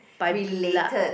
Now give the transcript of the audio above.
by blood